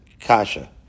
kasha